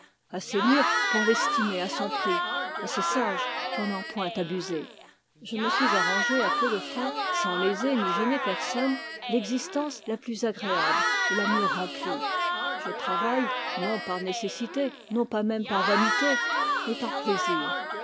assez mûr pour l'estimer à son prix assez sage pour n'en point abuser je me suis arrangé à peu de frais sans léser ni gêner personne l'existence la plus agréable je travaille non par nécessité non pas même par